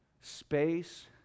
space